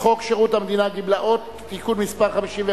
שירות המדינה (גמלאות) (תיקון מס' 51),